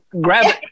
grab